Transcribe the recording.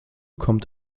kommt